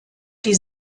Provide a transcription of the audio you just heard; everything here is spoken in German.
die